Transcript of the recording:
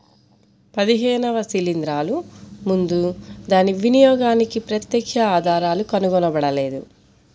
పదిహేనవ శిలీంద్రాలు ముందు దాని వినియోగానికి ప్రత్యక్ష ఆధారాలు కనుగొనబడలేదు